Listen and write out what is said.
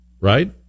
Right